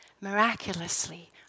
miraculously